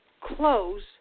close